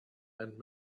and